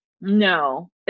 no